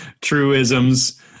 truisms